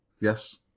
Yes